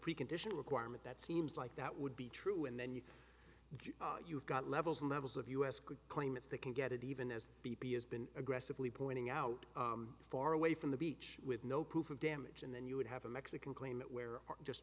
precondition requirement that seems like that would be true and then you you've got levels levels of us could claim it's they can get it even as b p has been aggressively pointing out far away from the beach with no proof of damage and then you would have a mexican claim where just